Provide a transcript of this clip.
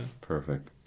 perfect